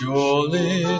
Surely